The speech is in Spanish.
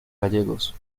gallegos